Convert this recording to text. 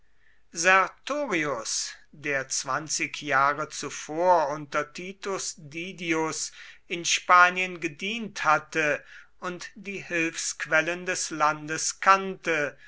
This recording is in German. sertorius der zwanzig jahre zuvor unter titus didius in spanien gedient hatte und die hilfsquellen des landes kannte